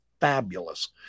fabulous